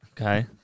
Okay